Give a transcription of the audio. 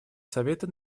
совета